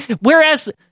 whereas